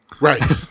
Right